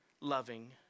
loving